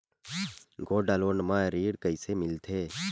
Gold loan म ऋण कइसे मिलथे?